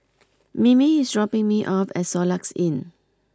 Mimi is dropping me off at Soluxe Inn